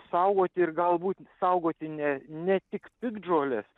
saugoti ir galbūt saugoti ne ne tik piktžoles